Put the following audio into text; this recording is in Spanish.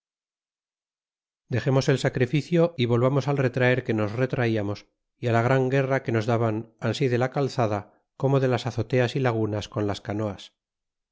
dexemos el sacrificio y volvamos al retraer que nos retraíamos y á la gran guerra que nos daban ansi de la calzada como de las azoteas y lagunas con las canoas